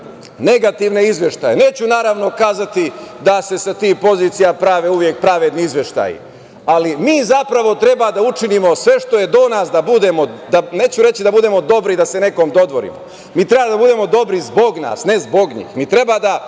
negativne izveštaje. Neću naravno kazati da se sa tih pozicija prave uvek pravedni izveštaji. Mi zapravo treba da učinimo sve što je do nas da budemo, neću reći da budemo dobri da se nekome dodvorimo, mi treba da budemo dobri zbog nas, ne zbog njih. Mi treba da